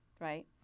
right